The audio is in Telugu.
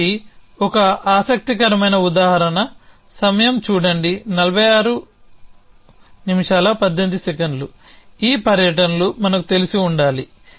దీనికి ఒక ఆసక్తికరమైన ఉదాహరణ సమయం చూడండి 4618 ఈ పర్యటనలు మనకు తెలిసి ఉండాలి